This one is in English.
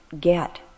get